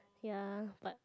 ya but